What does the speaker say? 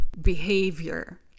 behavior